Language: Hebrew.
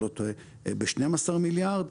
ב-12 מיליארד.